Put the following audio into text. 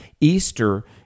Easter